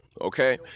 Okay